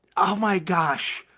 oh my gosh,